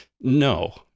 no